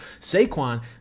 Saquon